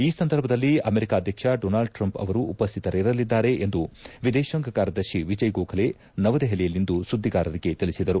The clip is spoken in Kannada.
ಈ ಸಂದರ್ಭದಲ್ಲಿ ಅಮೆರಿಕ ಅಧ್ಯಕ್ಷ ಡೊನಾಲ್ಡ್ ಟ್ರಂಪ್ ಅವರು ಉಪಸ್ಥಿತರಿರಲಿದ್ದಾರೆ ಎಂದು ವಿದೇತಾಂಗ ಕಾರ್ಯದರ್ಶಿ ವಿಜಯ್ ಗೋಖಲೆ ನವದೆಹಲಿಯಲಿಂದು ಸುದ್ದಿಗಾರರಿಗೆ ತಿಳಿಸಿದರು